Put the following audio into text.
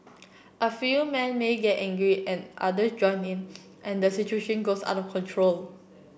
a few man may get angry and others join in and the situation goes out of control